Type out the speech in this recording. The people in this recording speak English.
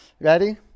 Ready